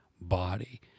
body